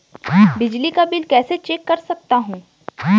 बिजली का बिल कैसे चेक कर सकता हूँ?